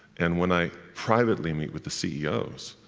and when i privately meet with the ceos,